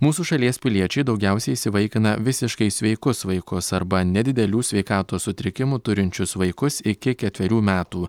mūsų šalies piliečiai daugiausiai įsivaikina visiškai sveikus vaikus arba nedidelių sveikatos sutrikimų turinčius vaikus iki ketverių metų